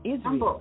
Israel